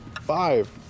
Five